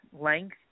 length